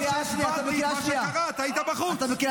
אתה לא מבין, אתם חושבים שאתם מנהלים